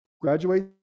graduate